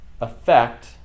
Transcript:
affect